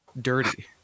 dirty